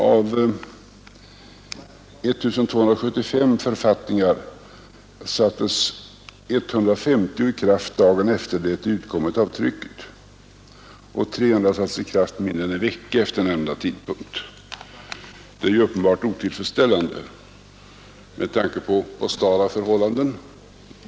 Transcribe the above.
Av 1 275 författningar sattes 150 i kraft dagen efter det att de utkommit av trycket, och 300 sattes i kraft mindre än en vecka efter nämnda tidpunkt. Det är ju uppenbart otillfredsställande med tanke på postala förhållanden.